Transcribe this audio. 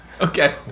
Okay